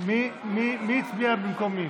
מי הצביע במקום מי?